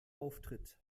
auftritt